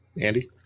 Andy